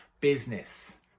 business